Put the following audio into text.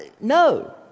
No